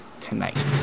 tonight